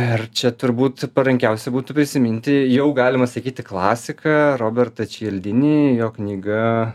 ir čia turbūt parankiausia būtų prisiminti jau galima sakyti klasika robertą čildini jo knyga